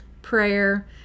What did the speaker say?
prayer